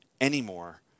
anymore